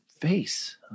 face